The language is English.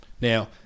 Now